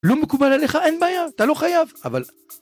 לא מקובל עליך אין בעיה, אתה לא חייב, אבל...